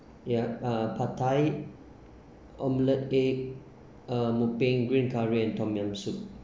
ya uh pad thai omelet egg uh and green curry and tom yam soup